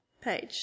page